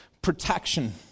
protection